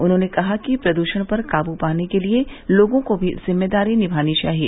उन्होंने कहा कि प्रदृषण पर काबू पाने के लिए लोगों को भी जिम्मेदारी निभानी चाहिए